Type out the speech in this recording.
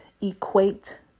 equate